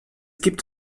gibt